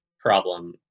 problem